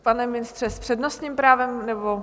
Pane ministře, s přednostním právem, nebo?